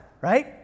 right